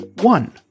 One